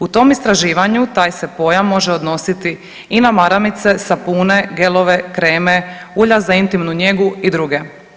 U tom istraživanju taj se pojam može odnositi i na maramice, sapune, gelove, kreme, ulja za intimnu njegu i druge.